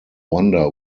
wonder